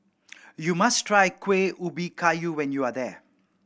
you must try Kueh Ubi Kayu when you are there